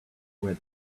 where